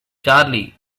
charley